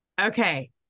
Okay